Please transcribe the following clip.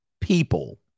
people